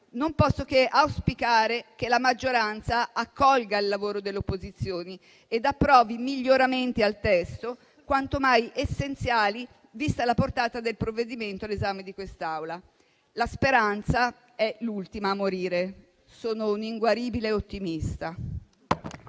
non posso che auspicare che la maggioranza accolga il lavoro delle opposizioni e approvi miglioramenti al testo quanto mai essenziali vista la portata del provvedimento all'esame di questa Assemblea. La speranza è l'ultima a morire. Sono un'inguaribile ottimista.